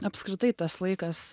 apskritai tas laikas